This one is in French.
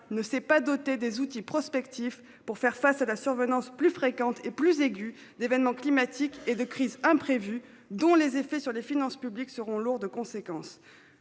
ne s'est pas dotée des outils prospectif pour faire face à la survenance plus fréquentes et plus aiguë d'événements climatiques et de crises imprévues dont les effets sur les finances publiques seront lourdes conséquences